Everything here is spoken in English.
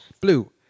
Blue